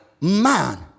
man